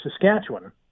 Saskatchewan